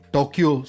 Tokyo